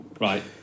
Right